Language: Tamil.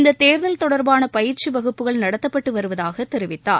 இந்த தேர்தல் தொடர்பான பயிற்சி வகுப்புகள் நடத்தப்பட்டு வருவதாக தெரிவித்தார்